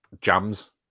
jams